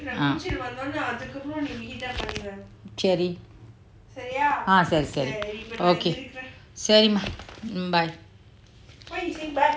ah சரி ஆ‌‌ சரி சரி சரி:ceri aah ceri ceri ceri mah bye